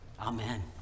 Amen